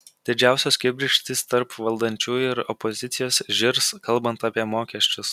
didžiausios kibirkštys tarp valdančiųjų ir opozicijos žirs kalbant apie mokesčius